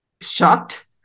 shocked